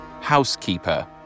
housekeeper